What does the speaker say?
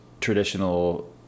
traditional